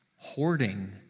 hoarding